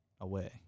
away